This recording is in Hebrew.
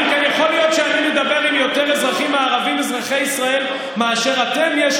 יכול להיות שאני מדבר עם יותר אזרחים ערבים אזרחי ישראל מאשר אתם?